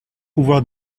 pouvoir